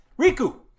Riku